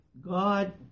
God